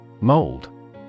Mold